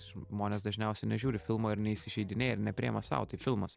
žmonės dažniausiai nežiūri filmo ir neįsižeidinėja ir nepriima sau tai filmas